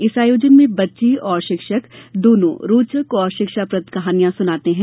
इस आयोजन में बच्चे व शिक्षक दोनों रोचक व शिक्षाप्रद कहानियां सुनाते हैं